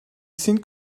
sin